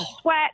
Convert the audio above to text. sweat